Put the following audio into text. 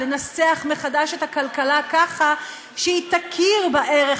לנסח מחדש את הכלכלה ככה שהיא תכיר בערך